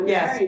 Yes